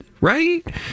right